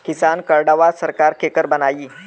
किसान कार्डवा सरकार केकर बनाई?